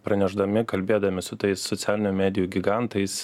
pranešdami kalbėdami su tais socialinių medijų gigantais